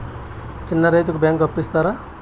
చిన్న రైతుకు బ్యాంకు అప్పు ఇస్తారా?